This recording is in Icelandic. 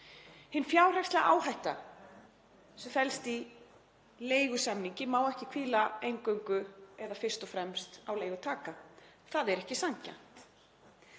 Hin fjárhagsleg áhætta sem felst í leigusamningi má ekki hvíla eingöngu eða fyrst og fremst á leigutaka. Það er ekki sanngjarnt.